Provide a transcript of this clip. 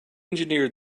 engineered